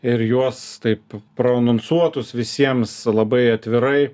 ir juos taip pro anonsuotus visiems labai atvirai